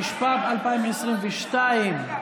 התשפ"ב 2022. רגע,